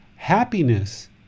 Happiness